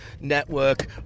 network